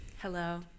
Hello